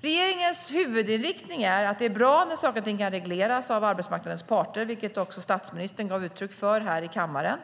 Regeringens huvudinriktning är att det är bra när saker och ting kan regleras av arbetsmarknadens parter, vilket också statsministern gav uttryck för här i kammaren.